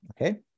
Okay